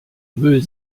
müll